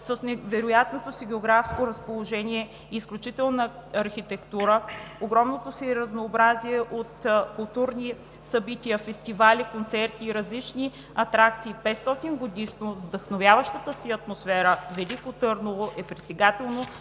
С невероятното си географско разположение и изключителна архитектура, с огромното си разнообразие от културни събития, фестивали, концерти и различни атракции – 500-годишно, с вдъхновяващата си атмосфера Велико Търново е притегателно